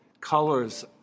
colors